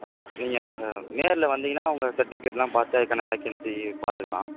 ஆ நீங்கள் நேரில் வந்தீங்கன்னா உங்கள் சர்ட்டிஃபிகேட்லாம் பார்த்து அதுக்கான வேக்கென்சி பார்த்துக்கலாம்